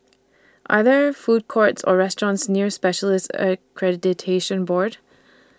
Are There Food Courts Or restaurants near Specialists Accreditation Board